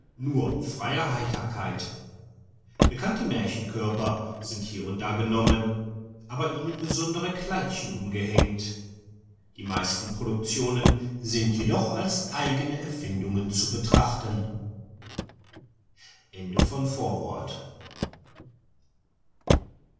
nur freier heiterkeit bekannte märchenkörper sind hier und da genommen aber ihnen besondere kleidchen umgehängt die meisten produktionen sind jedoch als eigne erfindungen zu betrachten